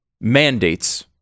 mandates